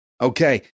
okay